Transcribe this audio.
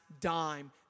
dime